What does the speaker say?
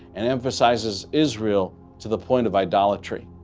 and emphasizes israel to the point of idolatry.